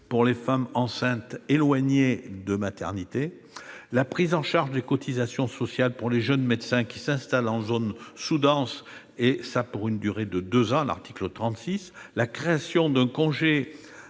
pour les femmes enceintes éloignées d'une maternité, la prise en charge des cotisations sociales pour les jeunes médecins qui s'installent en zone sous-dense pour une durée de deux ans- article 36 du texte. Je